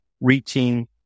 reaching